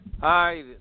Hi